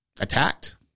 attacked